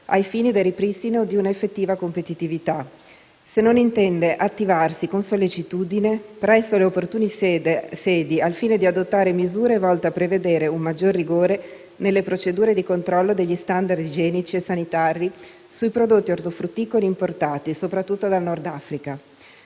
ai fini del ripristino di una effettiva competitività; se intende attivarsi con sollecitudine, presso le opportune sedi, al fine di adottare misure volte a prevedere un maggior rigore nelle procedure di controllo degli *standard* igienici e sanitari sui prodotti ortofrutticoli importati, soprattutto dal Nord Africa;